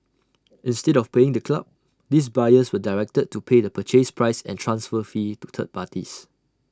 instead of paying the club these buyers were directed to pay the purchase price and transfer fee to third parties